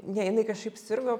ne jinai kažkaip sirgo